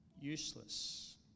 useless